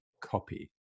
copy